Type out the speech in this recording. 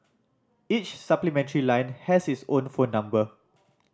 each supplementary line has its own phone number